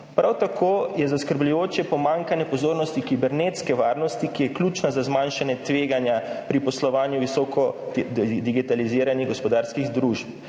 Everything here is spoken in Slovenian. Prav tako je zaskrbljujoče pomanjkanje pozornosti kibernetske varnosti, ki je ključna za zmanjšanje tveganja pri poslovanju visoko digitaliziranih gospodarskih družb.